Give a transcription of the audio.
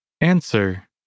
Answer